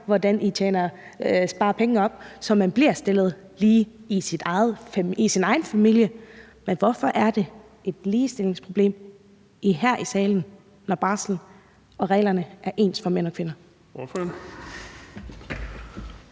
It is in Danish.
hvordan man sparer penge op, så man bliver stillet lige i sin egen familie. Men hvorfor er det et ligestillingsproblem her i salen, når barslen og reglerne er ens for mænd og kvinder?